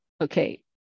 okay